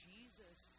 Jesus